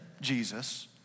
Jesus